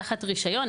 תחת רישיון,